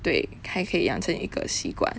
对才可以养成一个习惯